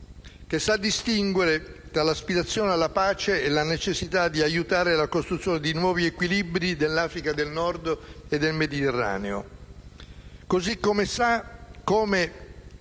che sa distinguere tra l'aspirazione alla pace e la necessità di aiutare la costruzione di nuovi equilibri nell'Africa del Nord e nel Mediterraneo, e sa anche come